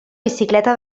bicicleta